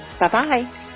Bye-bye